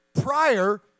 prior